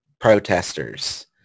protesters